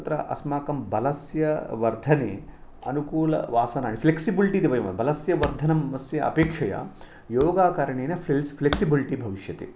तत्र अस्माकं बलस्य वर्धने अनुकूलवासना फ्लेक्सिब्लिटी इति वयं वदामः बलस्य वर्धनं तस्य अपेक्षया योगाकरणेन फेल् फ्लेक्सिब्लिटी भविष्यति